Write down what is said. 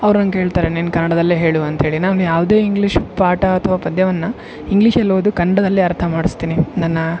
ಅವ್ರು ನಂಗೆ ಹೇಳ್ತಾರೆ ನೀನು ಕನ್ನಡದಲ್ಲೇ ಹೇಳು ಅಂತ್ಹೇಳಿ ನಾನು ಯಾವುದೇ ಇಂಗ್ಲೀಷ್ ಪಾಠ ಅಥ್ವ ಪದ್ಯವನ್ನ ಇಂಗ್ಲೀಷಲ್ಲಿ ಓದು ಕನ್ನಡದಲ್ಲಿ ಅರ್ಥ ಮಾಡಸ್ತೀನಿ ನನ್ನ